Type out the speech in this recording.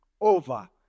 over